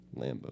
Lambo